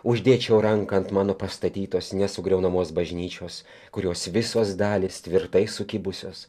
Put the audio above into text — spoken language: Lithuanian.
uždėčiau ranką ant mano pastatytos nesugriaunamos bažnyčios kurios visos dalys tvirtai sukibusios